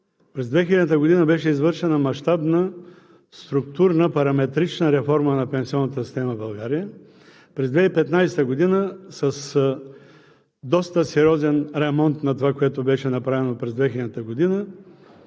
През 2000 г. беше извършена мащабна структурна параметрична реформа на пенсионната система в България. През 2015 г. с доста сериозен ремонт на това, което беше направено през 2000 г.,